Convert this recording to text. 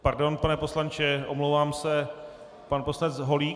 Pardon, pane poslanče, omlouvám se pan poslanec Holík?